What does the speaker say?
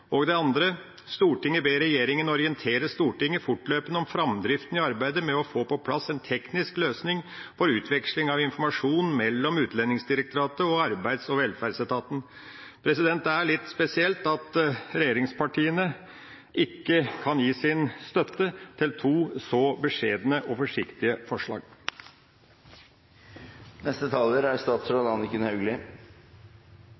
Det andre forslaget lyder: «Stortinget ber regjeringen orientere Stortinget fortløpende om fremdriften i arbeidet med å få på plass en teknisk løsning for utveksling av informasjon mellom Utlendingsdirektoratet og Arbeids- og velferdsetaten.» Det er litt spesielt at regjeringspartiene ikke kan gi sin støtte til to så beskjedne og forsiktige forslag.